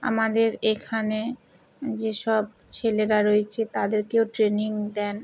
আমাদের এখানে যে সব ছেলেরা রয়েছে তাদেরকেও ট্রেনিং দেন